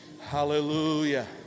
Hallelujah